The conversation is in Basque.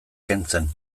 kentzen